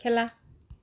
খেলা